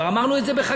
כבר אמרנו את זה בחקיקה.